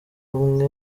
umwe